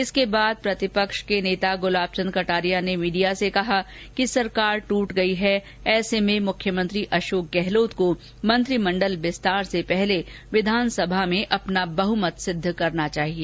इसके बाद प्रतिपक्ष ने नेता गुलाब चंद कटारिया ने मीडिया से कहा कि सरकार ट्रट गयी है ऐसे में मुख्यमंत्री अशोक गहलोत को मंत्रिमंडल विस्तार से पहले विधानसभा में अपना बहुमत सिद्ध करना चाहिए